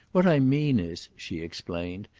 what i mean is, she explained,